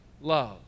love